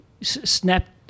snapped